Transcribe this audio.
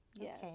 yes